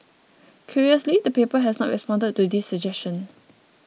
curiously the paper has not responded to this suggestion